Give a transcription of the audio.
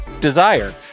Desire